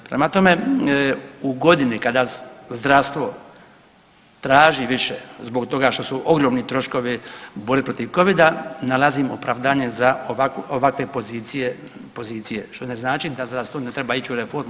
Prema tome, u godini kada zdravstvo traži više zbog toga što su ogromni troškovi u borbi protiv Covida nalazim opravdanje za ovakvu, ovakve pozicije što ne znači da zdravstvo ne treba ići u reformu.